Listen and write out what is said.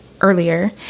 earlier